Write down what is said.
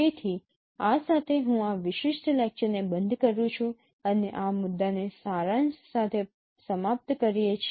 તેથી આ સાથે હું આ વિશિષ્ટ લેક્ચરને બંધ કરું છું અને આ મુદ્દાને આ સારાંશ સાથે સમાપ્ત કરીએ છીએ